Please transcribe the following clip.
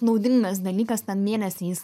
naudingas dalykas ten mėnesį jis